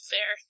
Fair